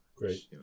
Great